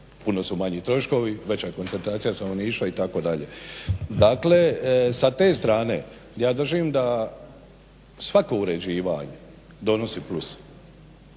puno su manji troškovi, veća je koncentracija stanovništva itd. Dakle, sa te strane ja držim da svako uređivanje donosi plus,